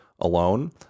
alone